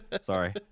sorry